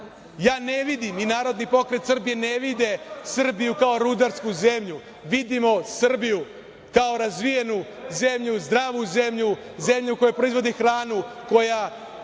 ja ne vidim i Narodni pokret Srbije ne vide Srbiju kao rudarsku zemlju. Vidimo Srbiju kao razvijenu zemlju, zdravu zemlju, zemlju koja proizvodi hranu, koja